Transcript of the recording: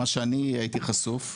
מה שאני הייתי חשוף,